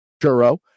churro